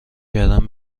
کردن